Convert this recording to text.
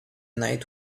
night